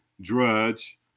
drudge